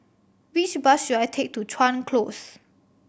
which bus should I take to Chuan Close